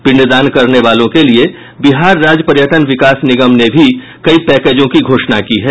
पिंडदान करने वालों के लिये बिहार राज्य पर्यटन विकास निगम ने भी कई पैकेजों की घोषणा की है